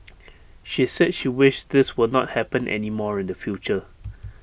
she said she wished this will not happen anymore in the future